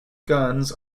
guns